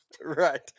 right